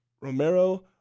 Romero